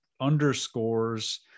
underscores